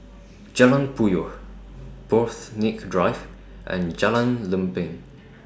Jalan Puyoh Borthwick Drive and Jalan Lempeng